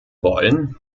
wollen